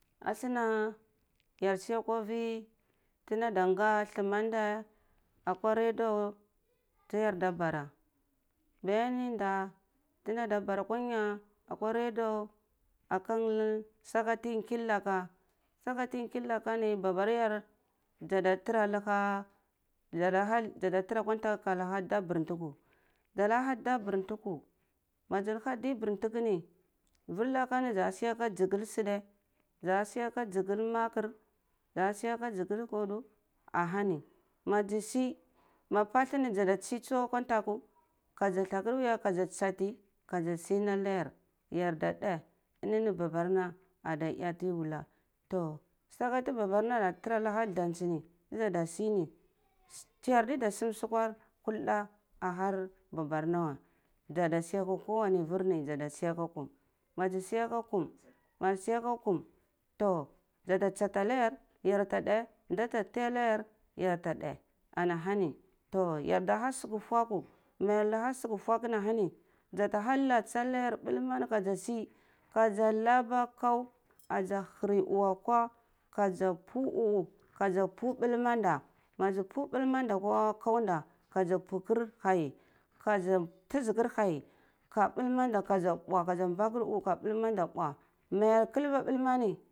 Asuna yar siya kwa vi tunda da nga thume ndai akwa radio tiyarda bar bayani da ta nda nda bara akwa nya kwa radio aka saka da ti nkilaka saka ti nkilaka ni baba yar zada tura laha za da tara kwa ha thaku ka laha nda burntuku za da laha nda burntuku mazi laha da ɓurntukuni vur laha ni za siya ka zivureh sudeh za siya ka zivureh makar za siya ka zivureh fudu ah hani mazi si ma pnpathu ne za da tsi tsu akwa thakur ka zi thkkur wiya ka zi tsati ka zi si na nayar yar da ndeh ini ni babar na ada eh tiyi wula toh saka ta babarna ni ada tura laha dzaltsi ni ta ga ta sini su yardiya da sum sukur kulda ah babarna weh zada siya kar kowani vur ni za da siya ka kum mazi siya ka kum ma zi siya ka kam toh zata tsati ana yar yarda deh data tiyar anah yar yar ta deh ani ahani yer da laha suku fukwu ma yar laha sukar tuhu ni anahani zata ha latsi nayar balma mini ka zi si kaza laba kaw azi hiri uh uh akwa kaze pow uh ah ka ze pow bulma nda mazi pow bulmada akwa kaw nda zi pukar hei kaze tuzirkar hei ka bulmma nda ka zi mbwa ka za mbwakar uh uh ka balmma da mbwa ma yar kalba bulmani.